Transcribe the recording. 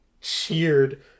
cheered